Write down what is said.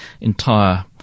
entire